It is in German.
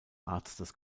arztes